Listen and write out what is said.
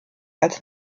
als